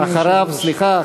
אדוני היושב-ראש, אחריו, סליחה.